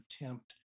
attempt